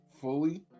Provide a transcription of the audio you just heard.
fully